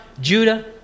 Judah